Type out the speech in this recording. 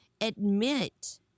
admit